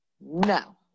No